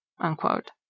unquote